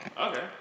okay